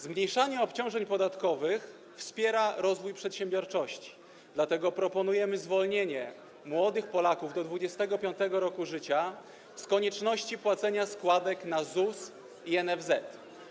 Zmniejszanie obciążeń podatkowych wspiera rozwój przedsiębiorczości, dlatego proponujemy zwolnienie młodych Polaków do 25. roku życia z konieczności płacenia składek na ZUS i NFZ.